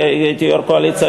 כשהייתי יו"ר קואליציה,